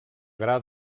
gra